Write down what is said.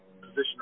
position